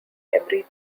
every